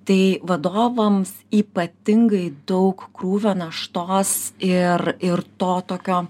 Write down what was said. tai vadovams ypatingai daug krūvio naštos ir ir to tokio